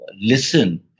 listen